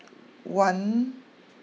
one